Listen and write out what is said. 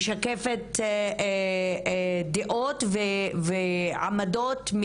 היא משקפת דעות ועמדות,